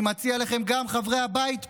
אני מציע גם לכם, חברי הבית פה,